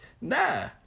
Nah